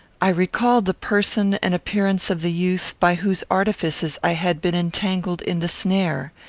i recalled the person and appearance of the youth by whose artifices i had been entangled in the snare.